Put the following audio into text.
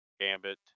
Gambit